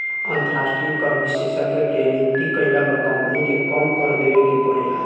अंतरास्ट्रीय कर विशेषज्ञ के नियुक्ति कईला पर कम्पनी के कम कर देवे के परेला